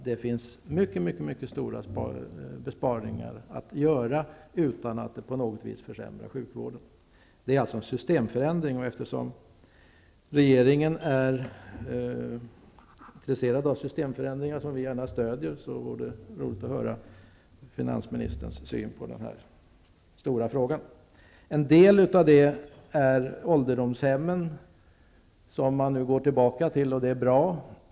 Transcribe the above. Det finns mycket stora besparingar att göra utan att det på något vis försämrar sjukvården. Det är alltså fråga om en systemförändring. Eftersom regeringen är intresserad av systemförändringar som vi gärna stöder, vore det roligt att höra finansministerns syn på den här stora frågan. En del av detta gäller ålderdomshemmen, som man nu går tillbaka till -- och det är bra.